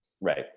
right